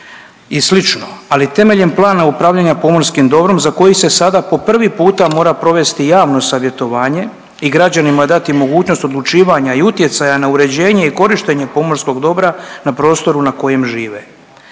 i slično. Ali temeljem Plana upravljanja pomorskim dobrom za koji se sada po prvi puta mora provesti javno savjetovanje i građanima dati mogućnost odlučivanja i utjecaja na uređenje i korištenje pomorskog dobra na prostoru na kojem žive.